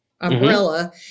umbrella